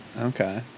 Okay